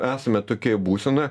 esame tokioje būsenoje